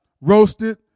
roasted